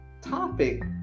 topic